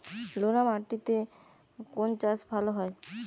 নোনা মাটিতে কোন চাষ ভালো হয়?